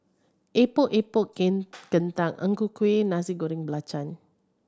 Epok Epok kentang Ang Ku Kueh Nasi Goreng Belacan